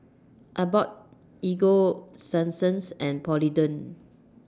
Abbott Ego Sunsense and Polident